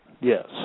Yes